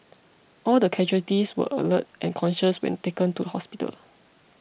all the casualties were alert and conscious when taken to hospital